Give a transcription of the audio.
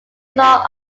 law